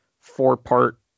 four-part